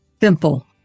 Simple